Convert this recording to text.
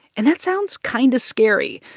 and that sounds kind of scary,